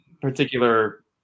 particular